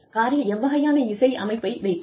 காரில் எவ்வகையான இசை அமைப்பை வைப்பது